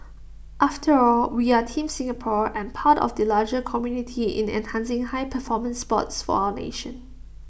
after all we are Team Singapore and part of the larger community in enhancing high performance sports for our nation